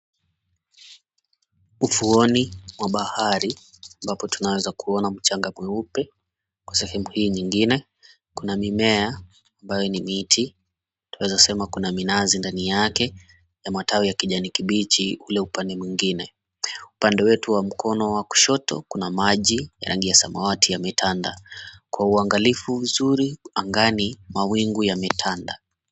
Ufuoni mwa bahari ambapo tunaweza kuona mchanga mweupe. Sehemu hiyo nyingine kuna mimea ambayo ni miti, tunaweza sema kuna minazi ndani yake ya matawi ya kijanikibichi kule upande mwingine. Upande wetu wa kushoto kuna maji ya rangi ya samawati yametanda. Kwa uangalifu mzuri angani mawingu yametanda.